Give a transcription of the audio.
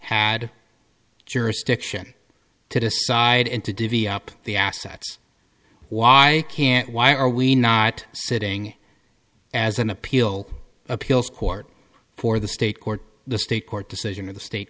had jurisdiction to decide and to divvy up the assets why can't why are we not sitting as an appeal appeals court for the state court the state court decision of the state